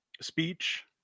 speech